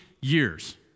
years